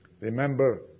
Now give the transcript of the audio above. Remember